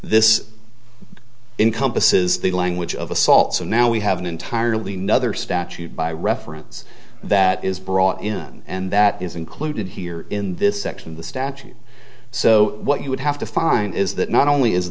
this in compass is the language of assault so now we have an entirely nother statute by reference that is brought in and that is included here in this section of the statute so what you would have to find is that not only is